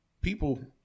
people